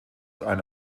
eine